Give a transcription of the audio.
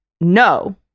no